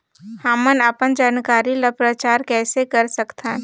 हमन अपन जानकारी ल प्रचार कइसे कर सकथन?